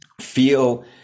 feel